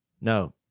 No